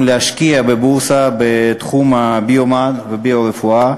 להשקיע בבורסה בתחום הביו-מד והביו-רפואה,